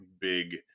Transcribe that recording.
big